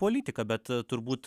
politika bet turbūt